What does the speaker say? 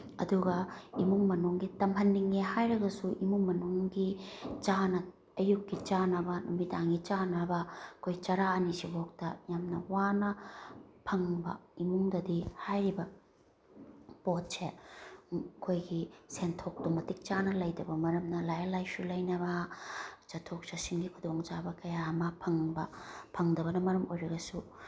ꯑꯗꯨꯒ ꯏꯃꯨꯡ ꯃꯅꯨꯡꯒꯤ ꯇꯝꯍꯟꯅꯤꯡꯉꯦ ꯍꯥꯏꯔꯒꯁꯨ ꯏꯃꯨꯡ ꯃꯅꯨꯡꯒꯤ ꯆꯥꯅ ꯑꯌꯨꯛꯀꯤ ꯆꯥꯅꯕ ꯅꯨꯃꯤꯗꯥꯡꯒꯤ ꯆꯥꯅꯕ ꯑꯩꯈꯣꯏꯒꯤ ꯆꯔꯥ ꯑꯅꯤꯁꯤ ꯐꯥꯎꯗ ꯌꯥꯝꯅ ꯋꯥꯅ ꯐꯪꯕ ꯏꯃꯨꯡꯗꯗꯤ ꯍꯥꯏꯔꯤꯕ ꯄꯣꯠꯁꯦ ꯑꯩꯈꯣꯏꯒꯤ ꯁꯦꯟꯊꯣꯛꯇꯣ ꯃꯇꯤꯛ ꯆꯥꯅ ꯂꯩꯇꯕ ꯃꯔꯝꯅ ꯂꯥꯏꯔꯤꯛ ꯂꯥꯏꯁꯨ ꯂꯩꯅꯕ ꯆꯠꯊꯣꯛ ꯆꯠꯁꯤꯟꯒꯤ ꯈꯨꯗꯣꯡꯆꯥꯕ ꯀꯌꯥ ꯑꯃ ꯐꯪꯕ ꯐꯪꯗꯕꯅ ꯃꯔꯝ ꯑꯣꯏꯔꯒꯁꯨ